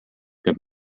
peab